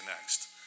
next